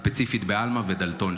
ספציפית בעלמה ובדלתון,